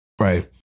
Right